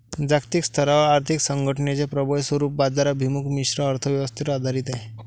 जागतिक स्तरावर आर्थिक संघटनेचे प्रबळ स्वरूप बाजाराभिमुख मिश्र अर्थ व्यवस्थेवर आधारित आहे